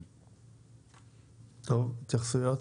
טוב, התייחסויות?